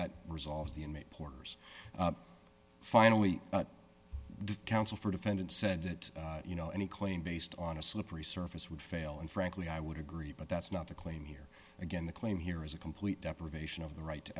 that resolves the inmate porters finally did counsel for defendant said that you know any claim based on a slippery surface would fail and frankly i would agree but that's not the claim here again the claim here is a complete deprivation of the right to